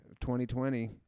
2020